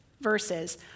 verses